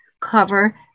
cover